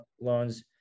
loans